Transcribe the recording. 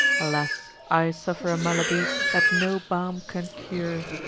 alas! i suffer a malady that no balm can cure!